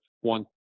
one